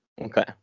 Okay